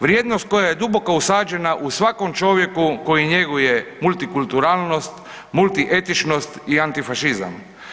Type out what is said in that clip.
Vrijednost koja je duboko usađena u svakom čovjeku koji njeguje multikulturalnost, multietičnost i antifašizam.